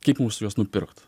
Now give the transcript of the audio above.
kaip mums juos nupirkt